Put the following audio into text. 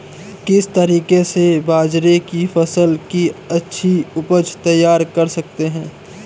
किस तरीके से बाजरे की फसल की अच्छी उपज तैयार कर सकते हैं?